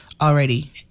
already